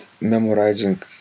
memorizing